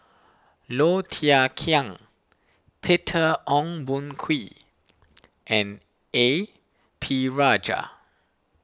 Low Thia Khiang Peter Ong Boon Kwee and A P Rajah